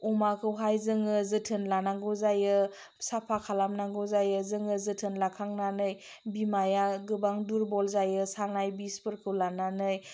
अमाखौहाय जोङो जोथोन लानांगौ जायो साफा खालामनांगौ जायो जोङो जोथोन लाखांनानै बिमाया गोबां दुरबल जायो सानाय बिसफोरखौ लानानै